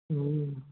हूँ